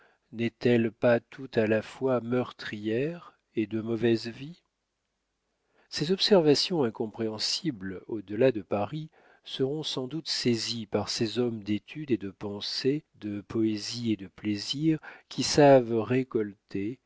n'est-elle pas tout à la fois meurtrière et de mauvaise vie ces observations incompréhensibles au delà de paris seront sans doute saisies par ces hommes d'étude et de pensée de poésie et de plaisir qui savent récolter